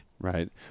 Right